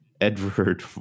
Edward